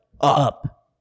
up